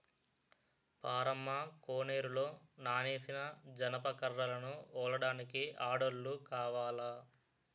పారమ్మ కోనేరులో నానేసిన జనప కర్రలను ఒలడానికి ఆడోల్లు కావాల